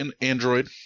Android